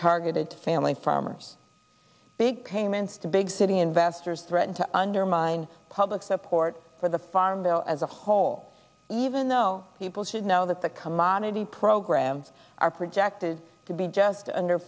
targeted to family farmers big payments to big city investors threaten to undermine public support for the farm bill as a whole even though people should know that the commodity programs are projected to be just under